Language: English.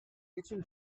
kitchen